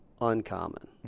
uncommon